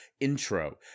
intro